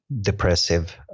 depressive